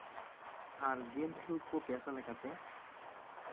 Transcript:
ᱟᱨ game ᱠᱷᱮᱞᱳᱰ ᱠᱚ ᱯᱮᱥᱟ ᱞᱮᱠᱟᱛᱮ